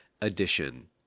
addition